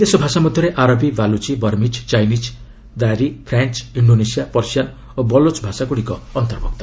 ବିଦେଶ ଭାଷା ମଧ୍ୟରେ ଆରବୀ Balochi Burmese Chinese Dari French Indonesia Persian ଓ ବଲୋଚ୍ ଭାଷାଗୁଡ଼ିକ ଅନ୍ତର୍ଭୁକ୍ତ